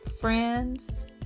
friends